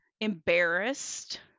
embarrassed